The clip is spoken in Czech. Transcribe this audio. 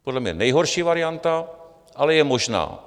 Podle mě nejhorší varianta, ale je možná.